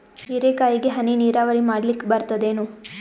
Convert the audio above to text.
ಹೀರೆಕಾಯಿಗೆ ಹನಿ ನೀರಾವರಿ ಮಾಡ್ಲಿಕ್ ಬರ್ತದ ಏನು?